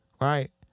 Right